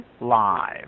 live